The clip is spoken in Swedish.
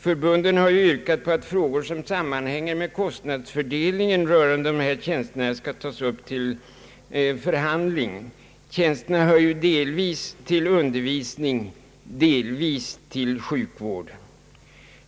Förbunden har ju yrkat på att frågor som sammanhänger med kostnadsfördelningen = beträffande «dessa tjänster skall tas upp till förhandling, eftersom tjänsterna delvis ingår i undervisningen och delvis i sjukvården.